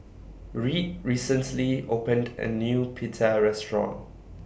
Reed recently opened A New Pita Restaurant